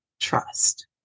Trust